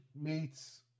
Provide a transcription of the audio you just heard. meets